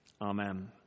Amen